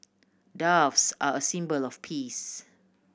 doves are a symbol of peace